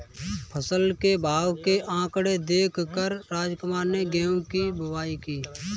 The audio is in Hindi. फसल के भाव के आंकड़े देख कर रामकुमार ने गेहूं की बुवाई की